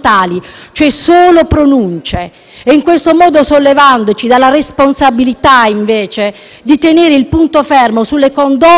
tali (cioè solo pronunce), in questo modo sollevandoci dalla responsabilità di tenere il punto fermo sulle condotte e sulle scelte politiche da mettere in campo.